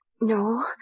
No